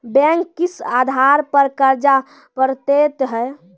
Bank किस आधार पर कर्ज पड़तैत हैं?